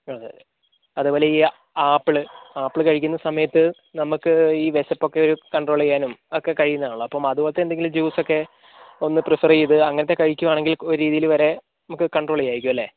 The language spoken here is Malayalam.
അതെ അതേപോലെ ഈ ആപ്പിൾ ആപ്പിൾ കഴിക്കുന്ന സമയത്ത് നമുക്ക് ഈ വിശപ്പൊക്കെ ഒരു കണ്ട്രോൾ ചെയ്യാനും ഒക്കെ കഴിയുന്നതാണല്ലോ അപ്പോൾ അതുപോലത്തെ എന്തെങ്കിലും ജ്യൂസ് ഒക്കെ ഒന്ന് പ്രിഫർ ചെയ്ത് അങ്ങനത്തെ കഴിക്കുകയാണെങ്കിൽ ഒരു രീതിയിൽ വരെ നമുക്ക് കണ്ട്രോൾ ചെയ്യാമായിരിക്കും അല്ലേ